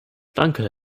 danke